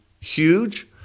Huge